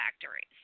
factories